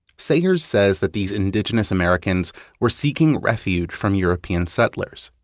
sayers says that these indigenous americans were seeking refuge from european settlers,